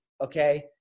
Okay